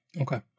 Okay